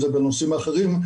אם זה בנושאים אחרים,